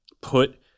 put